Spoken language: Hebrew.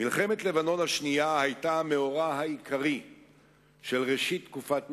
מלחמת לבנון השנייה היתה המאורע העיקרי של ראשית תקופת ממשלתי.